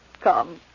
Come